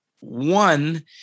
One